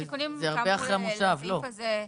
התיקונים כאמור בסעיף הזה,